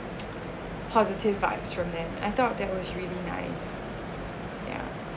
positive vibes from them I thought that was really nice yeah